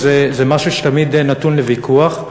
זה משהו שתמיד נתון לוויכוח?